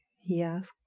he asked.